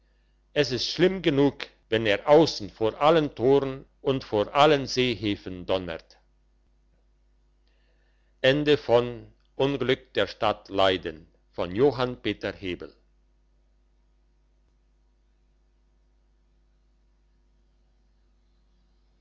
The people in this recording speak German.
es ist schlimm genug wenn er aussen vor allen toren und vor allen seehäfen donnert